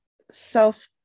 self